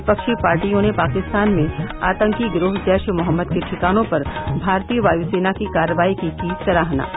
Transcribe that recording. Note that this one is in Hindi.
विपक्षी पार्टियों ने पाकिस्तान में आतंकी गिरोह जैश ए मोहम्मद के ठिकानों पर भारतीय वायुसेना की कार्रवाई की सराहना की